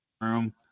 room